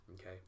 Okay